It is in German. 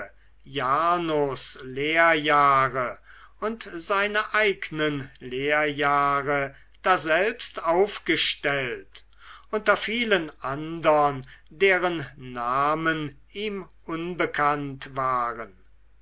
jarnos lehrjahre und seine eigenen lehrjahre daselbst aufgestellt unter vielen andern deren namen ihm unbekannt waren